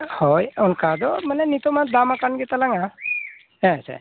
ᱦᱳᱭ ᱚᱱᱠᱟ ᱫᱚ ᱢᱟᱱᱮ ᱱᱤᱛᱚᱜᱼᱢᱟ ᱫᱟᱢ ᱟᱠᱟᱱ ᱜᱮ ᱛᱟᱞᱟᱝᱟ ᱦᱮᱸ ᱥᱮ